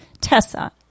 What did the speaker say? Tessa